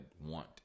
want